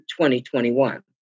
2021